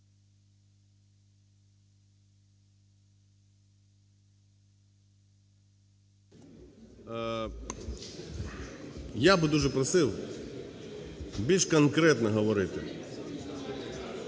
Я би дуже просив більш конкретно говорити.